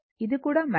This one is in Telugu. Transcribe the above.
ఇది కూడా మగ్నిట్యూడ్